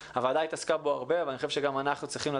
ואני חושב שגם אנחנו צריכים לתת לו הרבה מאוד מקום,